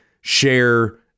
share